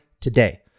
today